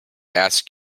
ask